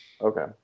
Okay